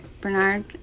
Bernard